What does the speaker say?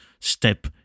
step